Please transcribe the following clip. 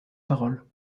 parole